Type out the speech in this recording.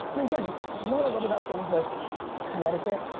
and again, you know what i love about things like connecticut?